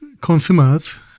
consumers